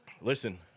Listen